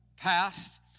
past